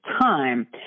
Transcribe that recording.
time